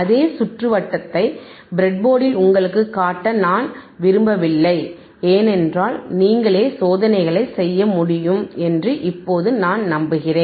அதே சுற்றுவட்டத்தை ப்ரெட்போர்டில் உங்களுக்குக் காட்ட நான் விரும்பவில்லை ஏனென்றால் நீங்களே சோதனைகளைச் செய்ய முடியும் என்று இப்போது நான் நம்புகிறேன்